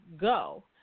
go